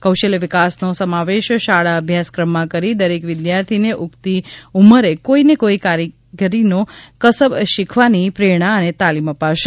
કૌશલ્ય વિકાસનો સમાવેશ શાળા અભ્યાસક્રમમાં કરી દરેક વિદ્યાર્થી ને ઊગતી ઉમરે કોઈને કોઈ કારીગગરીનો કસબ શીખવાની પ્રેરણા અને તાલીમ આપશે